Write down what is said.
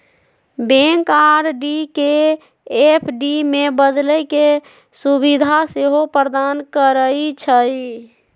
bank RD के FD में बदले के सुभीधा सेहो प्रदान करइ छइ